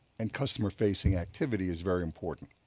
and customer facing activity is very important.